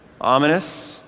ominous